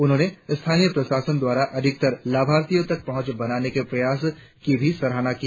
उन्होंने स्थानीय प्रशासन द्वारा अधिकतर लाभार्थियो तक पहुच बनाने के प्रयासो की भी सराहना की